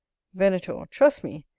venator. trust me,